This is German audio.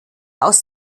aus